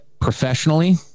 professionally